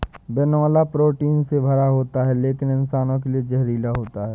बिनौला प्रोटीन से भरा होता है लेकिन इंसानों के लिए जहरीला होता है